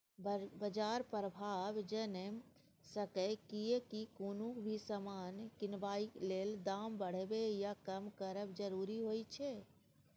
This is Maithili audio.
बाजार प्रभाव जनैम सकेए कियेकी कुनु भी समान किनबाक लेल दाम बढ़बे या कम करब जरूरी होइत छै